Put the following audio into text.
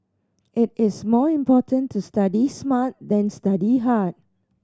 it is more important to study smart than study hard